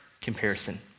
comparison